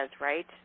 right